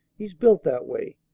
he's built that way.